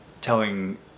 telling